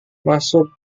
masuk